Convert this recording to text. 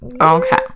Okay